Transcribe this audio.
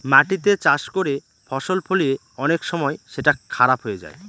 মাটিতে চাষ করে ফসল ফলিয়ে অনেক সময় সেটা খারাপ হয়ে যায়